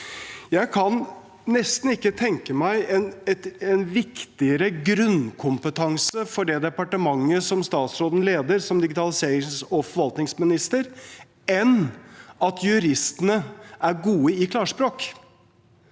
Jeg kan nesten ikke tenke meg en viktigere grunnkompetanse for det departementet som statsråden leder, som digitaliserings- og forvaltningsminister, enn at juristene er gode i klarspråk.